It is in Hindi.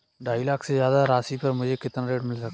ढाई लाख से ज्यादा राशि पर मुझे कितना ऋण मिल सकता है?